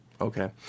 okay